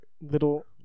Little